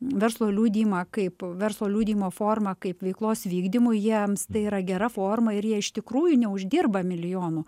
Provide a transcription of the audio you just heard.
verslo liudijimą kaip verslo liudijimo formą kaip veiklos vykdymui jiems tai yra gera forma ir jie iš tikrųjų neuždirba milijonų